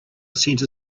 center